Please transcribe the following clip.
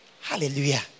Hallelujah